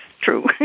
true